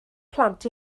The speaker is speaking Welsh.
plant